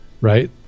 right